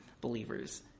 believers